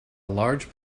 large